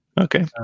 Okay